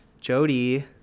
Jody